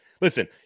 listen